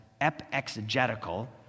ep-exegetical